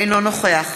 אינו נוכח